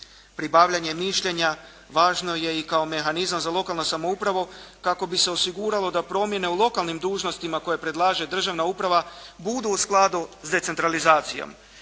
Pribavljanje mišljenja važno je i kao mehanizam za lokalnu samoupravu kako bi se osiguralo da promjene u lokalnim dužnostima koje predlaže državna uprava budu u skladu s decentralizacijom,